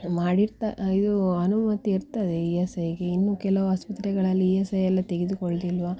ಮಾಡಿರ್ತ ಇದು ಅನುಮತಿ ಇರ್ತದೆ ಇ ಎಸ್ ಐಗೆ ಇನ್ನು ಕೆಲವು ಆಸ್ಪತ್ರೆಗಳಲ್ಲಿ ಇ ಎಸ್ ಐ ಎಲ್ಲ ತೆಗೆದುಕೊಳ್ದಿಲ್ಲವಾ